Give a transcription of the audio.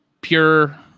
pure